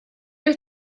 wyt